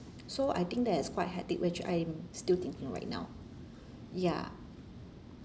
so I think that is quite hectic which I'm still thinking right now ya